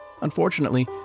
Unfortunately